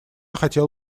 хотел